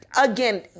Again